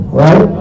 right